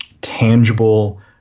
tangible